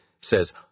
says